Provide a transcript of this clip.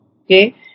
Okay